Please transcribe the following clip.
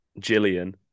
Jillian